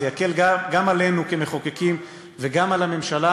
זה יקל גם עלינו כמחוקקים וגם על הממשלה,